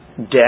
death